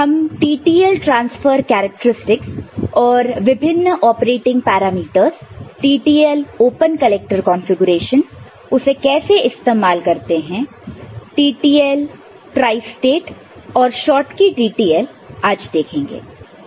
हम TTL transfer characteristics और विभिन्न operating parameters TTL open collector configuration उसे कैसे इस्तेमाल करते हैं TTL ट्राईस्टेट और शॉटकी TTL आज देखेंगे